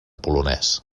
polonès